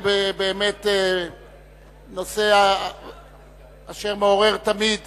בנושא אשר מעורר תמיד